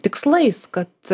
tikslais kad